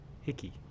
hickey